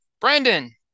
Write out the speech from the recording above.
Brandon